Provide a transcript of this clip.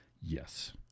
Yes